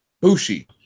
Bushi